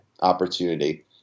opportunity